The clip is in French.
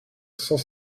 cent